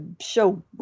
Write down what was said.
show